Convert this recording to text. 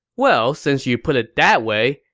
well, since you put it that way,